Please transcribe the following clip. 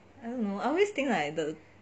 I don't know I always think like the